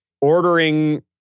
ordering